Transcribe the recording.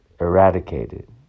eradicated